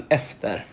efter